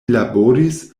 laboris